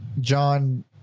John